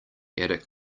attic